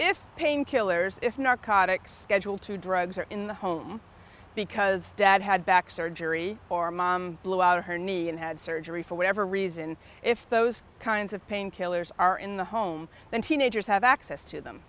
if pain killers if narcotics schedule two drugs are in the home because dad had back surgery or mom blew out her knee and had surgery for whatever reason if those kinds of pain killers are in the home and teenagers have access to them